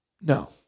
No